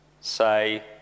say